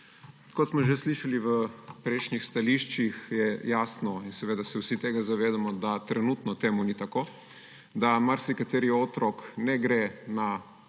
Kot smo že slišali v prejšnjih stališčih, je jasno in seveda se vsi tega zavedamo, da trenutno temu ni tako, da marsikateri otrok ne gre na